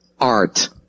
art